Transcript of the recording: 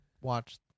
watch